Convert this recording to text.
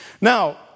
Now